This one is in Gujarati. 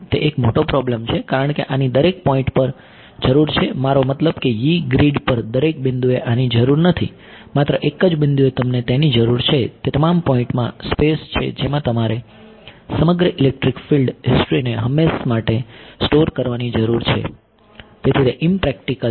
તે એક મોટો પ્રોબ્લમ છે કારણ કે આની દરેક પોઈન્ટ પર જરૂર છે મારો મતલબ કે Yee ગ્રીડ પર દરેક બિંદુએ આની જરૂર નથી માત્ર એક જ બિંદુએ તમને તેની જરૂર છે તે તમામ પોઈન્ટમાં સ્પેસ છે જેમાં તમારે સમગ્ર ઇલેક્ટ્રિક ફિલ્ડ હિસ્ટ્રીને હંમેશા માટે સ્ટોર કરવાની જરૂર છે તેથી તે ઈમપ્રેક્ટીકલ છે